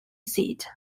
seat